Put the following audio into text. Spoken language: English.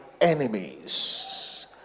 enemies